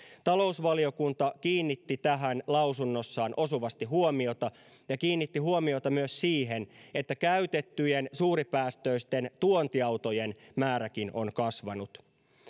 talousvaliokunta kiinnitti tähän lausunnossaan osuvasti huomiota ja kiinnitti huomiota myös siihen että käytettyjen suuripäästöisten tuontiautojen määräkin on kasvanut